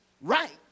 right